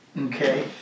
Okay